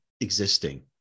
existing